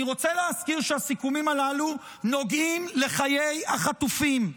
אני רוצה להזכיר שהסיכומים הללו נוגעים לחיי החטופים,